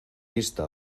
vista